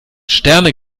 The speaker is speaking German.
sterne